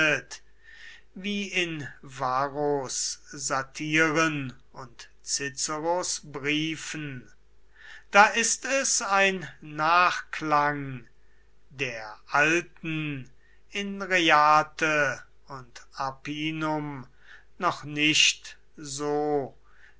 wie in varros satiren und ciceros briefen da ist es ein nachklang der alten in reate und arpinum noch nicht so